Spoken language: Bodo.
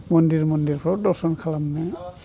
मन्दिर मन्दिरफोराव दर्शन खालामनो